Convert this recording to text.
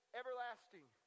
everlasting